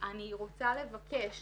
אני רוצה לבקש